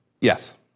Yes